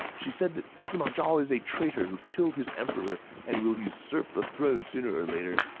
she said that sima zhao is a traitor who killed his emperor and will usurp the throne sooner or later.